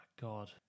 God